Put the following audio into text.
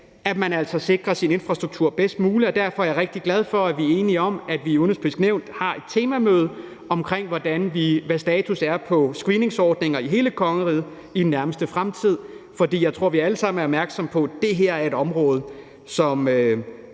altså sikrer sin infrastruktur bedst muligt. Derfor er jeg rigtig glad for, at vi er enige om, at vi i Det Udenrigspolitiske Nævn har et temamøde om, hvad status er på screeningsordninger i kongeriget i den nærmeste fremtid, for jeg tror, at vi alle sammen er opmærksomme på, at det her er et område, som